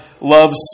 loves